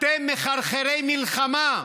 אתם מחרחרי מלחמה,